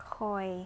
KOI